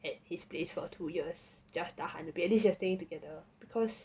at his place for two years just tahan a bit at least you are staying together because